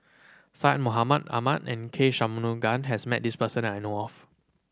Syed Mohamed Ahmed and K Shanmugam has met this person that I know of